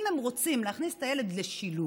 אם הם רוצים להכניס את הילד לשילוב,